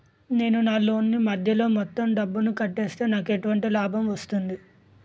నేను నా లోన్ నీ మధ్యలో మొత్తం డబ్బును కట్టేస్తే నాకు ఎటువంటి లాభం వస్తుంది?